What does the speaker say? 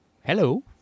hello